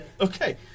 Okay